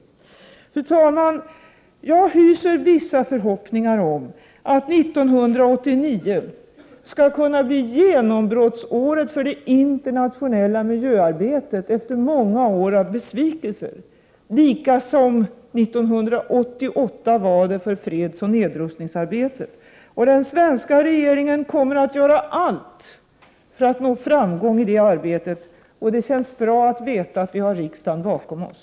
Efter många år av besvikelse hyser jag vissa förhoppningar om att 1989 skall kunna bli genombrottsåret för det internationella miljöarbetet på samma sätt som år 1988 var genombrottsåret för fredsoch nedrustningsarbetet. Den svenska regeringen kommer att göra allt för att nå framgång i det arbetet, och det känns bra att veta att vi har riksdagen bakom oss.